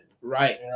right